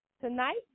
tonight